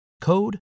code